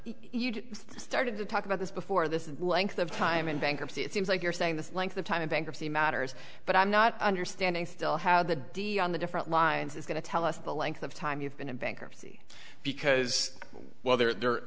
you started to talk about this before this length of time in bankruptcy it seems like you're saying the length of time in bankruptcy matters but i'm not understanding still how the d on the different lines is going to tell us the length of time you've been in bankruptcy because well there the